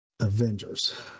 Avengers